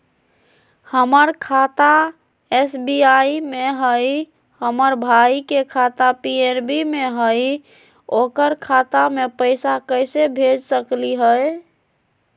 हमर खाता एस.बी.आई में हई, हमर भाई के खाता पी.एन.बी में हई, ओकर खाता में पैसा कैसे भेज सकली हई?